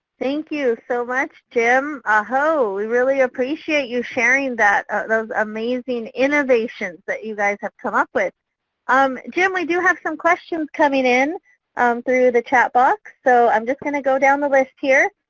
thank you so much jim. ah-hoh. we really appreciate you sharing that. those amazing innovations that you guys have come up with. um jim, we do have some questions coming in through the chat box so i'm just going to go down the list here.